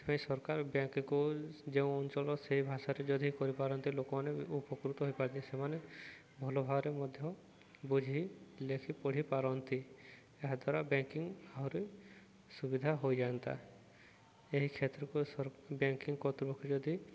ସେଥିପାଇଁ ସରକାର ବ୍ୟାଙ୍କକୁ ଯେଉଁ ଅଞ୍ଚଳ ସେଇ ଭାଷାରେ ଯଦି କରିପାରନ୍ତେ ଲୋକମାନେ ଉପକୃତ ହୋଇପାରନ୍ତି ସେମାନେ ଭଲ ଭାବରେ ମଧ୍ୟ ବୁଝି ଲେଖି ପଢ଼ିପାରନ୍ତି ଏହାଦ୍ୱାରା ବ୍ୟାଙ୍କିଙ୍ଗ ଆହୁରି ସୁବିଧା ହୋଇଯାନ୍ତା ଏହି କ୍ଷେତ୍ରକୁ ବ୍ୟାଙ୍କିଙ୍ଗ କତ୍ତୃପକ୍ଷ ଯଦି